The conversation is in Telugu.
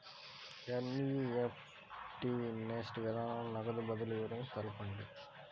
ఎన్.ఈ.ఎఫ్.టీ నెఫ్ట్ విధానంలో నగదు బదిలీ గురించి తెలుపండి?